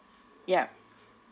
yup